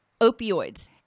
opioids